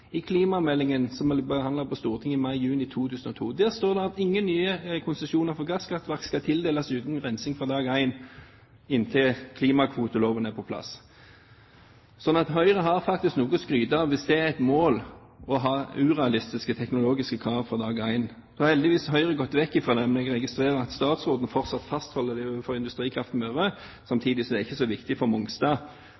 i Klimameldingen som ble behandlet på Stortinget i mai–juni 2002. Der står det at ingen nye konsesjoner for gasskraftverk skal tildeles uten rensing fra dag én inntil klimakvoteloven er på plass, sånn at Høyre har faktisk noe å skryte av hvis det er et mål å ha urealistiske teknologikrav fra dag én. Nå har heldigvis Høyre gått vekk fra dem, men jeg registrerer at statsråden fortsatt fastholder den over Industrikraft Møre,